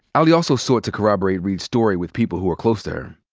ali also sought to corroborate reade's story with people who are close to her.